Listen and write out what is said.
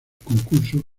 concurso